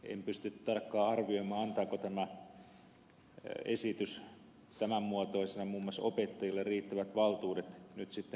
en pysty tarkkaan arvioimaan antaako tämä esitys tämän muotoisena muun muassa opettajille riittävät valtuudet nyt sitten puuttua kiusaamiseen